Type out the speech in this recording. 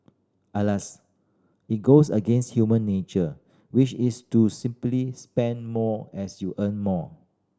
alas it goes against human nature which is to simply spend more as you earn more